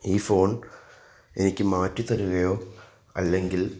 ഈ ഫോൺ എനിക്ക് മാറ്റി തരുകയോ അല്ലെങ്കിൽ